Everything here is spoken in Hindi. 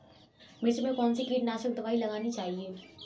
मिर्च में कौन सी कीटनाशक दबाई लगानी चाहिए?